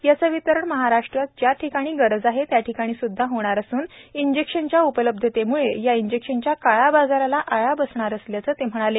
यांचे वितरण महाराष्ट्र ज्या ठिकाणी गरज आहे त्या ठिकाणी स्द्धा होणार असून इंजेक्शनच्या उपलब्धतेम्ळे या इंजेक्शनच्या काळाबाजाराला आळा बसणार असल्याचे सांगितले